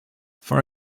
for